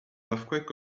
earthquake